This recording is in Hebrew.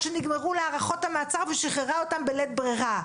שנגמרו לה הארכות המעצר ושחררה אותם בלית ברירה?